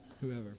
whoever